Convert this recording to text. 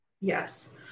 Yes